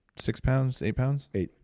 six pounds? eight pounds? eight.